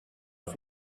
off